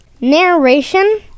Narration